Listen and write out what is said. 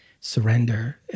Surrender